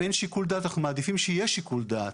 אם אין שיקול דעת, אנחנו מעדיפים שיהיה שיקול דעת.